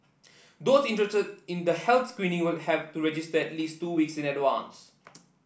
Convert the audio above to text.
those interested in the health screening will have to register at least two weeks in advance